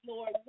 Lord